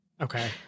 Okay